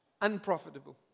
unprofitable